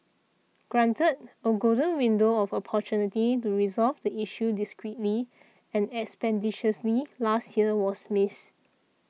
granted a golden window of opportunity to resolve the issue discreetly and expeditiously last year was missed